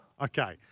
Okay